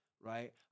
Right